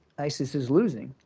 isis is losing,